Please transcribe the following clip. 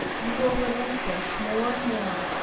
you will relinquish, more and more,